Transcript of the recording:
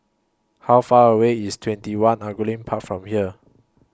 How Far away IS TwentyOne Angullia Park from here